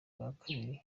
agiriye